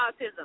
autism